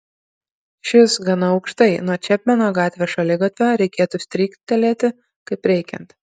šis gana aukštai nuo čepmeno gatvės šaligatvio reikėtų stryktelėti kaip reikiant